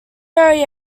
area